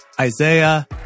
Isaiah